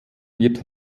wird